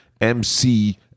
MC